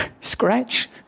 scratch